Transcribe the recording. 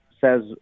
says